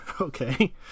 Okay